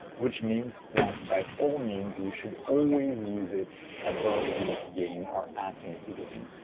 which means that by all means you should always use it above unity gain or at unity gain.